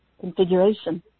configuration